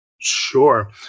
Sure